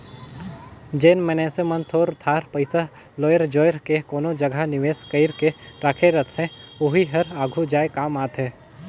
जेन मइनसे मन थोर थार पइसा लोएर जोएर के कोनो जगहा निवेस कइर के राखे रहथे ओही हर आघु जाए काम आथे